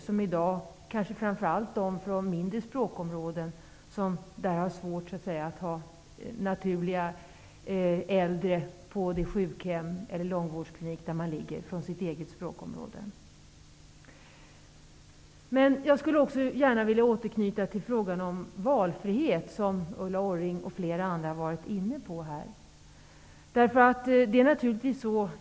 Framför allt de som kommer från mindre språkområden har svårt att få naturliga kontakter med äldre på de sjukhem och långvårdskliniker där de ligger. Där finns sällan någon mer från samma språkområde. Jag skulle gärna vilja återknyta till frågan om valfrihet, som Ulla Orring och flera andra varit inne på här.